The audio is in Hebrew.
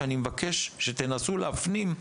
שאני מבקש שתנסו להפנים,